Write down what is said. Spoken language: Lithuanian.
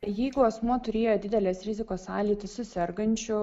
jeigu asmuo turėjo didelės rizikos sąlytį su sergančiu